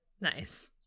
nice